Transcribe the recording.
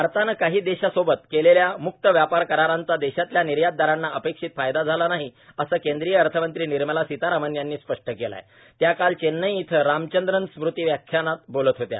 भारतानं काही देशांसोबत केलेल्या मुक्त व्यापार करारांचा देशातल्या निर्यातदारांना अपेक्षित फायदा झाला नाही असं केंद्रीय अर्थमंत्री निर्मला सीतारामन यांनी स्पष्ट केलं आहे त्या काल चेन्नई इथं रामचंद्रन स्मृती व्याख्यानात बोलत होत्या